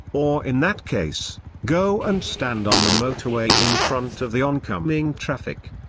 or in that case, go and stand on the motorway in front of the oncoming traffic.